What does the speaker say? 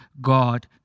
God